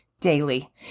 daily